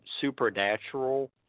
supernatural